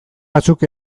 batzuk